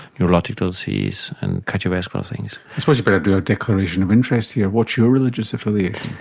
neurological disease and cardiovascular things. i suppose you'd better do a declaration of interest here what's your religious affiliation?